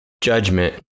judgment